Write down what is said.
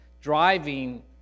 driving